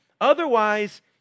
otherwise